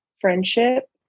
friendship